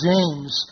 James